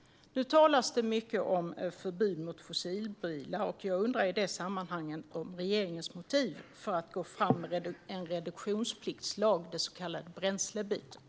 Nu talas det mycket om förbud mot fossilbilar, och jag undrar i det sammanhanget om regeringens motiv för att gå fram med en reduktionspliktslag, det så kallade bränslebytet.